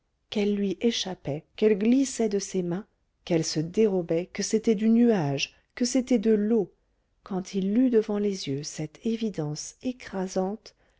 qu'elle lui échappait qu'elle glissait de ses mains qu'elle se dérobait que c'était du nuage que c'était de l'eau quand il eut devant les yeux cette évidence écrasante